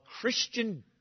Christian